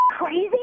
crazy